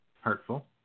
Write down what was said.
Hurtful